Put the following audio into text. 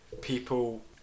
people